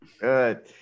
Good